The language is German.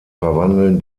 verwandeln